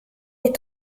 des